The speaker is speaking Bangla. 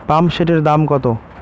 পাম্পসেটের দাম কত?